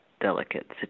delicate